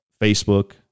Facebook